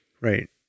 Right